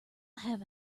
have